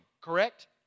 Correct